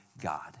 God